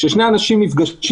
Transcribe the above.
כששני אנשים נפגשים,